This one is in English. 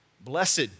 Blessed